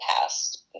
past